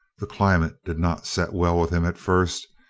the climate did not set well with him at first,